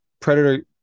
Predator